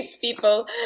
people